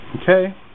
Okay